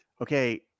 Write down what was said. Okay